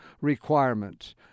requirements